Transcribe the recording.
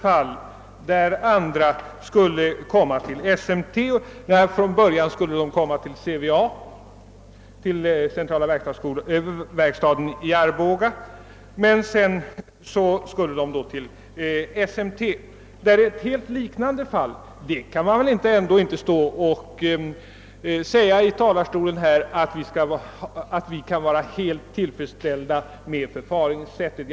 Det gäller t.ex. anställda som från början fick uppgift om att de skulle komma till centrala verkstaden i Arboga, CVA, men sedan skulle till SMT. Man kan väl ändå inte säga att vi bör vara helt tillfredsställda med förfaringssättet.